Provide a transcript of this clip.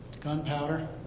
Gunpowder